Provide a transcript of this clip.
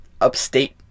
upstate